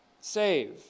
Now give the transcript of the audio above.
Save